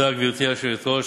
גברתי היושבת-ראש,